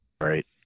Right